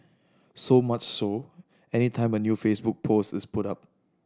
so much so any time a new Facebook post is put up